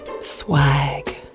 Swag